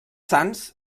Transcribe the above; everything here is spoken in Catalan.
sants